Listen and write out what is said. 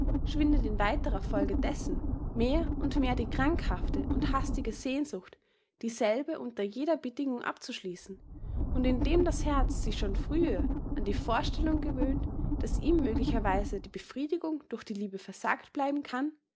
schwindet in weiterer folge dessen mehr und mehr die krankhafte und hastige sehnsucht dieselbe unter jeder bedingung abzuschließen und indem das herz sich schon frühe an die vorstellung gewöhnt daß ihm möglicherweise die befriedigung durch die liebe versagt bleiben kann